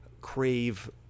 crave